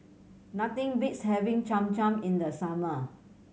nothing beats having Cham Cham in the summer